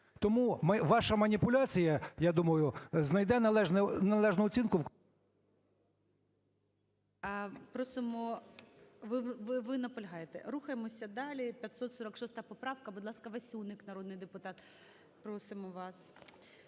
Тому ваша маніпуляція, я думаю, знайде належну оцінку…